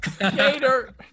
Gator